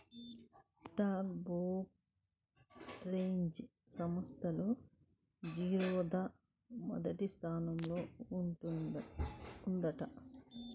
stock brokerage సంస్థల్లో జిరోదా మొదటి స్థానంలో ఉందంట